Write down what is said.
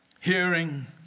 Hearing